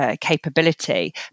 Capability